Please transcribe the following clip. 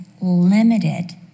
limited